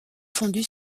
fondue